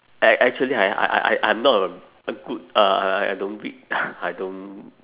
act~ actually I I I I I'm not a good uh I don't read I don't